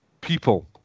people